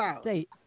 state